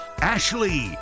Ashley